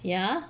ya